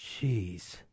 Jeez